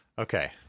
Okay